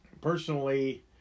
personally